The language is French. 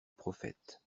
prophète